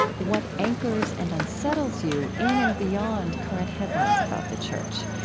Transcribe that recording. what anchors and unsettles you in and beyond current headlines about the church?